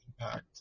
impact